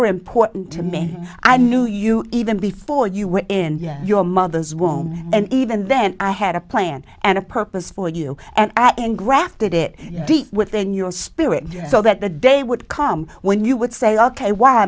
're important to me i knew you even before you were in your mother's womb and even then i had a plan and a purpose for you and at engrafted it deep within your spirit so that the day would come when you would say ok why